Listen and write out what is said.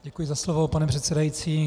Děkuji za slovo, pane předsedající.